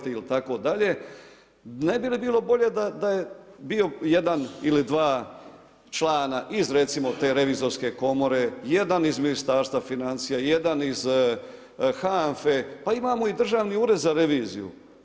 Ne bi li bilo bolje da je bio jedan ili dva člana iz recimo te revizorske komore, jedan iz Ministarstva financija, jedan iz HANF-e, pa imamo i Državni ured za reviziju.